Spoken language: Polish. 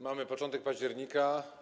Mamy początek października.